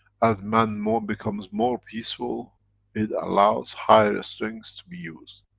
as man more. becomes more peaceful it allows higher strengths to be used.